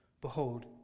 Behold